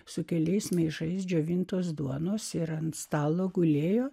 su keliais maišais džiovintos duonos ir ant stalo gulėjo